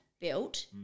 built